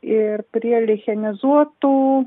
ir prie lichenizuotų